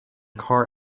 car